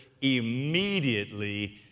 immediately